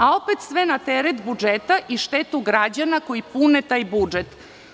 A opet, sve na teret budžeta i štetu građana koji pune taj budžet.